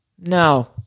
No